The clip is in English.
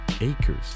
acres